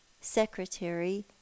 secretary